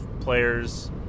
players